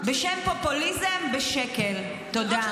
בשם פופוליזם בשקל, תודה.